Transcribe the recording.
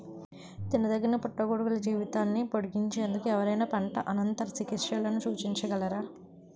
తినదగిన పుట్టగొడుగుల జీవితాన్ని పొడిగించేందుకు ఎవరైనా పంట అనంతర చికిత్సలను సూచించగలరా?